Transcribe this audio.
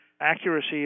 accuracy